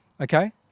Okay